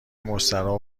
مستراح